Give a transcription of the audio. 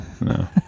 No